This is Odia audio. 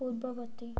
ପୂର୍ବବର୍ତ୍ତୀ